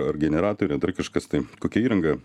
ar generatoriai ar dar kažkas tai kokia įranga